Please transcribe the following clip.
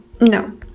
no